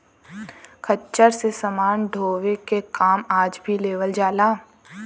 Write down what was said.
खच्चर से समान ढोवे के काम आज भी लेवल जाला